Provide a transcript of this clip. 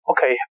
Okay